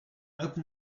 open